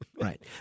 right